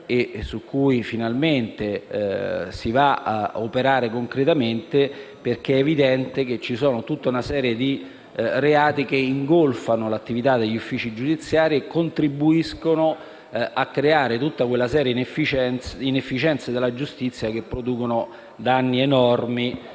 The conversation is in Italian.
su cui finalmente si va ad operare concretamente, perché è evidente che c'è tutta una serie di reati che ingolfano l'attività degli uffici giudiziari e contribuiscono a creare delle inefficienze della giustizia che producono danni enormi